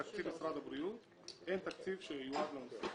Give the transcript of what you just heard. בתקציב משרד הבריאות אין תקציב שייעדנו להם.